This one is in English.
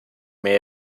may